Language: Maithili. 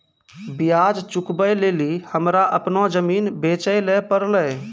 ब्याज चुकबै लेली हमरा अपनो जमीन बेचै ले पड़लै